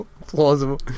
Plausible